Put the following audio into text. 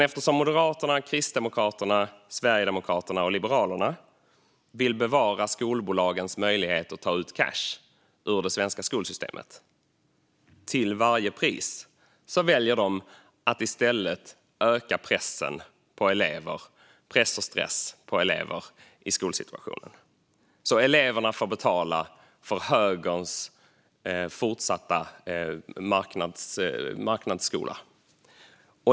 Eftersom Moderaterna, Kristdemokraterna, Sverigedemokraterna och Liberalerna vill bevara skolbolagens möjlighet att ta ut cash ur det svenska skolsystemet till varje pris väljer de att i stället öka press och stress för elever i skolsituationen. Eleverna får betala för högerns fortsatta marknadsskola.